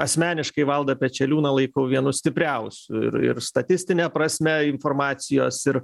asmeniškai valdą pečeliūną laikau vienu stipriausių ir ir statistine prasme informacijos ir